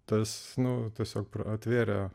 tas naujo tiesiog atvėrė